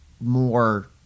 more